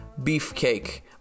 beefcake